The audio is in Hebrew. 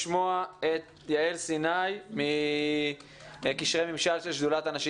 את יעל סיני מקשרי ממשל של שדולת הנשים